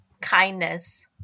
kindness